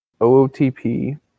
OOTP